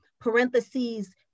parentheses